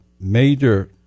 major